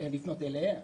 לפנות אליהם.